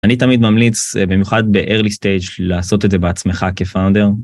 אני תמיד ממליץ במיוחד בארלי סטייג' לעשות את זה בעצמך כפאונדר.